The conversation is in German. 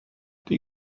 die